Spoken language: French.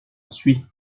suis